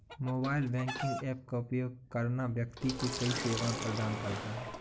mobile banking app का उपयोग करना व्यक्ति को कई सेवाएं प्रदान करता है